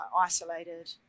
isolated